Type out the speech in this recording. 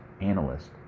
analyst